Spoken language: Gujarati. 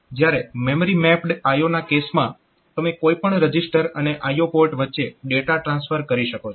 જ્યારે મેમરી મેપ્ડ IO ના કેસમાં તમે કોઈ પણ રજીસ્ટર અને IO પોર્ટ વચ્ચે ડેટા ટ્રાન્સફર કરી શકો છો